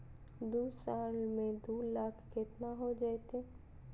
दू साल में दू लाख केतना हो जयते?